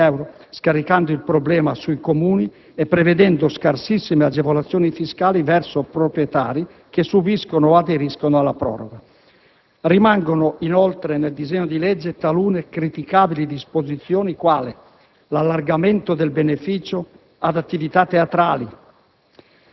milioni di euro), scaricando il problema sui Comuni e prevedendo scarsissime agevolazioni fiscali verso proprietari che subiscono o aderiscono alla proroga. Rimangono, inoltre, nel disegno di legge talune criticabili disposizioni, quali l'allargamento del beneficio ad attività teatrali,